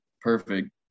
perfect